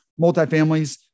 multifamilies